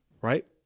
right